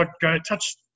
touch